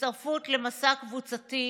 והצטרפות למסע קבוצתי,